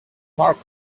marco